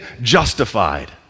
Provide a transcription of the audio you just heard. Justified